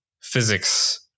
physics